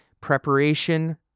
preparation